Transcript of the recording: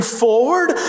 forward